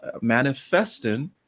manifesting